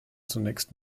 zunächst